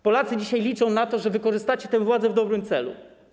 Polacy dzisiaj liczą na to, że wykorzystacie tę władzę w dobrym celu.